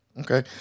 Okay